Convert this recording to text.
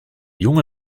jonge